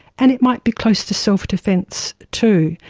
and it might be close to self-defence too.